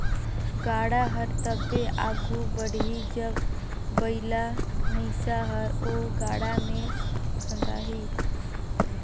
गाड़ा हर तबे आघु बढ़ही जब बइला भइसा हर ओ गाड़ा मे फदाही